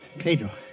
Pedro